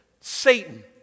Satan